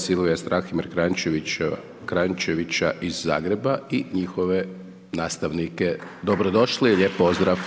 Silvija Strahimir Kranjčevića iz Zagreba i njihove nastavnike, dobrodošli i lijep pozdrav.